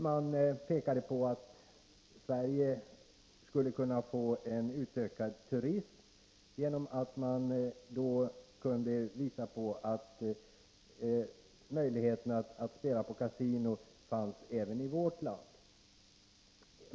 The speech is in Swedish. Man pekade på att Sverige skulle kunna få en utökad turism genom att vi kunde visa på att möjligheten att spela på kasino fanns även i vårt land.